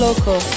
Local